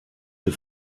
für